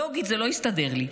לוגית זה לא הסתדר לי,